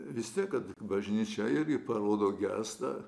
vis tiek kad bažnyčia irgi parodo gestą